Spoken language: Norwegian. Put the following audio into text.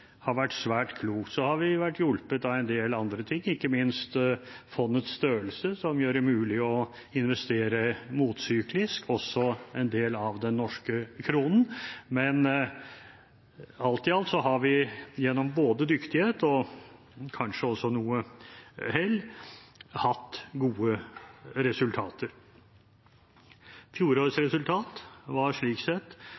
har vært svært klokt. Vi har også vært hjulpet av en del andre ting, ikke minst fondets størrelse, som gjør det mulig å investere motsyklisk en del av den norske kronen. Alt i alt har vi gjennom både dyktighet og kanskje også noe hell hatt gode resultater. Fjorårets